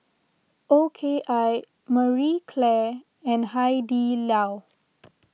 O K I Marie Claire and Hai Di Lao